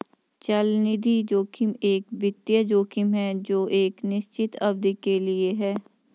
चलनिधि जोखिम एक वित्तीय जोखिम है जो एक निश्चित अवधि के लिए है